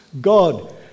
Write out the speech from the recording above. God